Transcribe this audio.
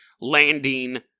landing